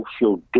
social